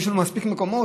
יש לנו מספיק מקומות.